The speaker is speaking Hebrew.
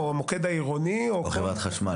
במוקד העירוני או בחברת החשמל